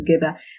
together